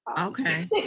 Okay